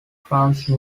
france